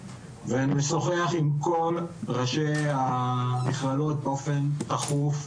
ואני משוחח עם כל ראשי המכללות באופן תכוף,